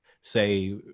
say